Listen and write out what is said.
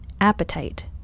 appetite